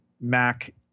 Mac